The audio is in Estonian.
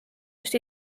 just